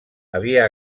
havia